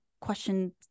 question